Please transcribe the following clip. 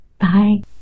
Bye